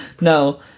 No